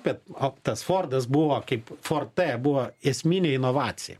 bet optas fordas buvo kaip forte buvo esminė inovacija